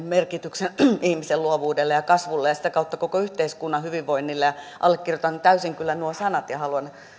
merkityksen ihmisen luovuudelle ja kasvulle ja sitä kautta koko yhteiskunnan hyvinvoinnille allekirjoitan täysin kyllä nuo sanat ja haluan